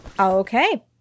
Okay